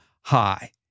high